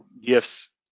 Gifts